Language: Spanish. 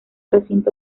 recinto